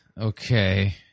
Okay